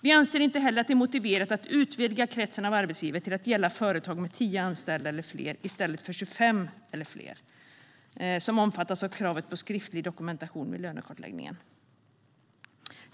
Vi anser inte heller att det är motiverat att utvidga kretsen av arbetsgivare till att gälla företag med 10 anställda eller fler i stället för 25 eller fler som omfattas av kravet på skriftlig dokumentation vid lönekartläggningen.